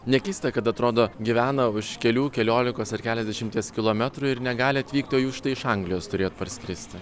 nekeista kad atrodo gyvena už kelių keliolikos ar keliasdešimties kilometrų ir negali atvykt o jūs štai iš anglijos turėjot parskristi